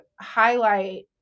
highlight